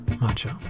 macho